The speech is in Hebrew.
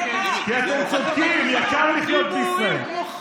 יקר לחיות בישראל.